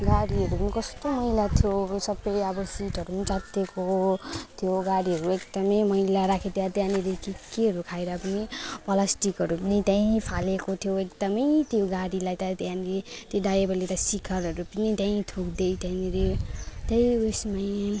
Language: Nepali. गाडीहरू कस्तो मैला थियो सबै अब सिटहरू च्यातिएको थियो गाडीहरू एकदम मैला राख्यो त्यहाँ त्यहाँनेरि के केहरू खाइरहेको पनि प्लास्टिकहरू पनि त्यहीँ फालेको थियो एकदम त्यो गाडीलाई त त्यहाँनेरि त्यो ड्राइभरले त सिखरहरू पनि त्यहीँ थुक्दै त्यहीँनेरि त्यहीँ उयसमा